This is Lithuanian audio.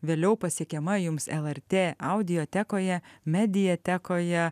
vėliau pasiekiama jums lrt audiotekoje mediatekoje